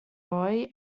mulroney